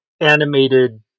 animated